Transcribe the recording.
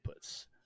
inputs